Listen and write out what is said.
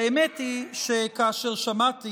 האמת היא שכאשר שמעתי